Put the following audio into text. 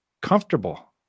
comfortable